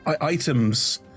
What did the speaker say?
items